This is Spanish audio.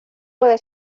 puede